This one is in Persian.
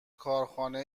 کارخانه